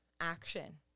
action